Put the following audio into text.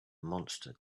monster